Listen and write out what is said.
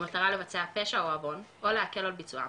במטרה לבצע פשע או עוון, או להקל על ביצועם.